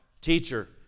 Teacher